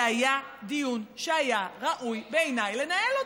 זה היה דיון שהיה ראוי בעיניי לנהל אותו.